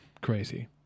crazy